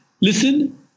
listen